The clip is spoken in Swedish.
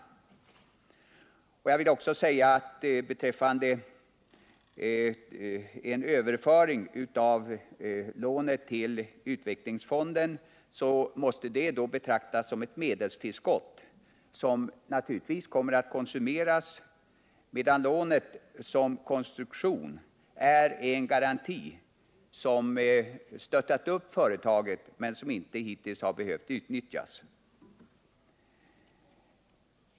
Jag vill också säga att en överföring av lånet till utvecklingsfonden måste betraktas som ett medelstillskott, som naturligtvis kommer att konsumeras, medan lånet som konstruktion är en garanti, som stöttat upp företaget men som inte hittills har behövt utnyttjas.